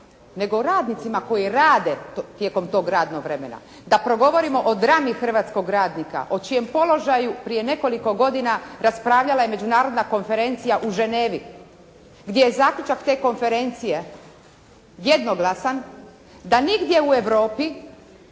nego o radnicima koji rade tijekom toga radnog vremena, da progovorimo o drami hrvatskog radnika, o čijem položaju prije nekoliko godina raspravljala je Međunarodna konferencija u Ženevi, gdje je zaključak te konferencije jednoglasan, da nigdje u Europi